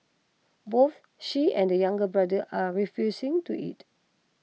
both she and the younger brother are refusing to eat